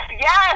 yes